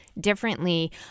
differently